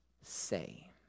say